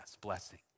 blessing